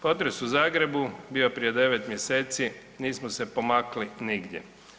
Potres u Zagrebu bio prije 9 mjeseci nismo se pomakli nigdje.